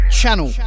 channel